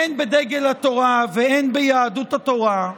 הן בדגל התורה והן ביהדות התורה,